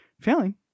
Failing